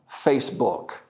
Facebook